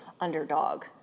underdog